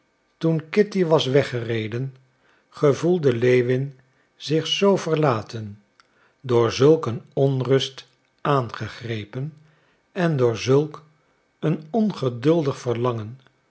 toen kitty was weggereden gevoelde lewin zich zoo verlaten door zulk een onrust aangegrepen en door zulk een ongeduldig verlangen